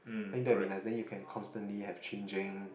think that will be nice then you can constantly have changing